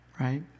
Right